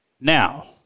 now